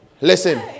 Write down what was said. Listen